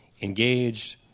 engaged